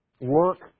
Work